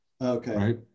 Okay